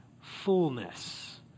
fullness